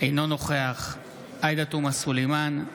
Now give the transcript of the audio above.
אינו נוכח עאידה תומא סלימאן,